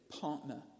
partner